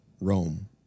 Rome